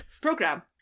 program